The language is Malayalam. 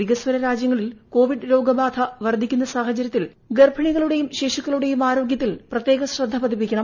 വികസ്വര രാജ്യങ്ങളിൽ കോവിഡ് രോഗബാധ വർധിക്കുന്ന സാഹചര്യത്തിൽ ഗർഭിണികളുടെയും ശിശുക്കളുടെയും ആരോഗ്യത്തിൽ പ്രത്യേക ശ്രദ്ധ പതിപ്പിക്കണം